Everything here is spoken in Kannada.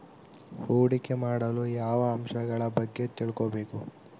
ಹೂಡಿಕೆ ಮಾಡಲು ಯಾವ ಅಂಶಗಳ ಬಗ್ಗೆ ತಿಳ್ಕೊಬೇಕು?